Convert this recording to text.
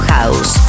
House